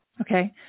Okay